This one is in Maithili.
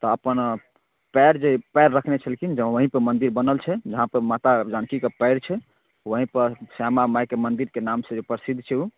तऽ अपन पएर जे पएर रखने छलखिन जँ वहींपर मन्दिर बनल छै जहाँपर माता जानकीके पएर छै वहींपर श्यामा माइके मन्दिरके नामसँ जे प्रसिद्ध छै ओ